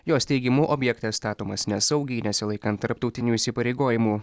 jos teigimu objektas statomas nesaugiai nesilaikant tarptautinių įsipareigojimų